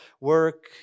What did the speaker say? work